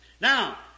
Now